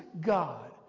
God